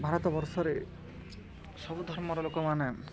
ଭାରତ ବର୍ଷରେ ସବୁ ଧର୍ମର ଲୋକମାନେ